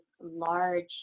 large